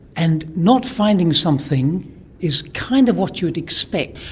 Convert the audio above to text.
and not finding something is kind of what you'd expect.